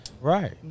Right